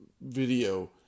video